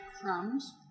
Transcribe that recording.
Crumbs